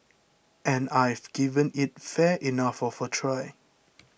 and I've given it fair enough of a try